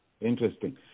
Interesting